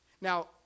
Now